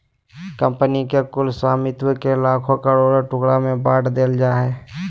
company के कुल स्वामित्व के लाखों करोड़ों टुकड़ा में बाँट देल जाय हइ